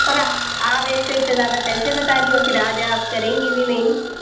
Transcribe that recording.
پر آپ اتنے اتنے زیادہ پیسے بتا رہی ہو پھر آج آپ کریں گی بھی نہیں